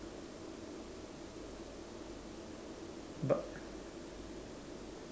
b~